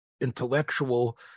intellectual